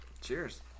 Cheers